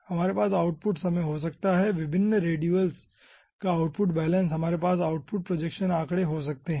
हमारे पास आउटपुट समय हो सकता है विभिन्न रेसिडुअल्स का आउटपुट बैलेंस हमारे पास आउटपुट प्रोजेक्शन आँकड़े हो सकते है